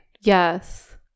Yes